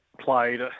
Played